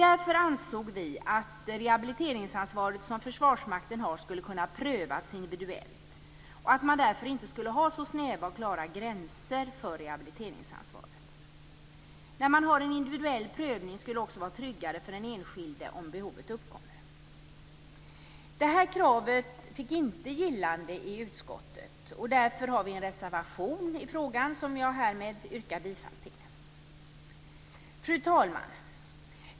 Därför ansåg vi att det, när det gäller Försvarsmaktens rehabiliteringsansvar, borde vara en individuell prövning och att man därför inte borde ha så snäva och klara gränser. En individuell prövning skulle också vara tryggare för den enskilde, om behovet uppkommer. Det här kravet fick inte gillande i utskottet. Därför har vi en reservation när det gäller den frågan som jag härmed yrkar bifall till. Fru talman!